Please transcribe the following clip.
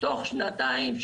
תוך שנתיים,